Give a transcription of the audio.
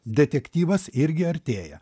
detektyvas irgi artėja